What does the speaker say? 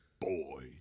Boy